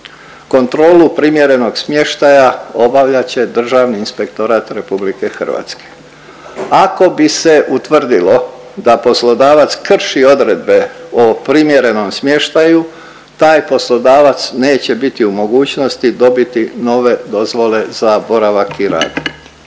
Kontrolu primjerenog smještaja obavljat će Državni inspektorat RH. Ako bi se utvrdilo da poslodavac krši odredbe o primjerenom smještaju taj poslodavac neće biti u mogućnosti dobiti nove dozvole za boravak i rad.